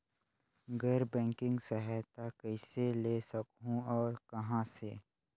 गैर बैंकिंग सहायता कइसे ले सकहुं और कहाँ से?